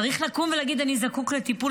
צריך לקום ולהגיד: אני זקוק לטיפול.